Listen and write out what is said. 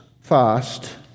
fast